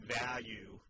value